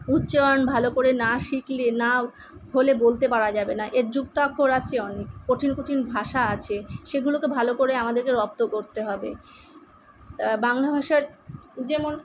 উচ্চারণ ভালো করে না শিখলে না হলে বলতে পারা যাবে না এর যুক্তাক্ষর আছে অনেক কঠিন কঠিন ভাষা আছে সেগুলোকে ভালো করে আমাদেরকে রপ্ত করতে হবে তা বাংলা ভাষার যেমন